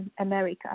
America